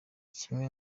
kimwe